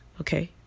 okay